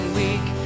weak